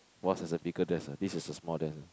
what is a bigger desk ah this is a small desk